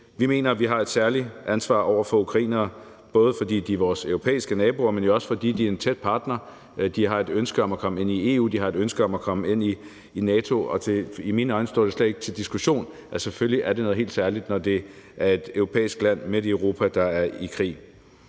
Vi mener, at vi har et særligt ansvar over for ukrainere, både fordi de er vores europæiske naboer, men jo også fordi de er en tæt partner. De har et ønske om at komme ind i EU, og de har et ønske om at komme ind i NATO. I mine øjne står det slet ikke til diskussion, at selvfølgelig er det noget helt særligt, når det er et europæisk land, et land midt i Europa, der er i krig.